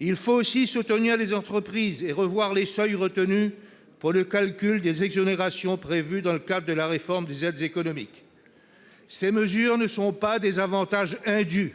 Il faut aussi soutenir les entreprises et revoir les seuils retenus pour le calcul des exonérations prévues dans le cadre de la réforme des aides économiques. Ces mesures sont non pas des avantages indus,